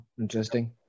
interesting